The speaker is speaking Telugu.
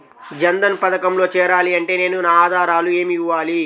జన్ధన్ పథకంలో చేరాలి అంటే నేను నా ఆధారాలు ఏమి ఇవ్వాలి?